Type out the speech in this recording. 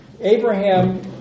Abraham